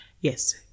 Yes